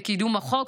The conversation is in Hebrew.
בקידום החוק.